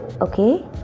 Okay